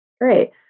great